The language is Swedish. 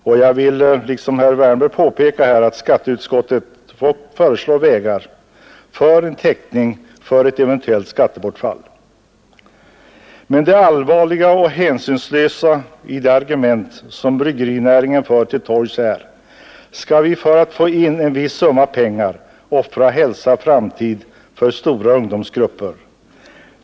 Och jag vill liksom herr Wärnberg påpeka att skatteutskottet föreslår vägar för en täckning av det. Men det allvarliga är hänsynslösheten i de argument som bryggerinäringen för till torgs. Skall vi för att få in en viss summa pengar offra hälsa och framtid för stora ungdomsgrupper?